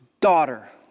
daughter